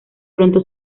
pronto